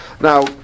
Now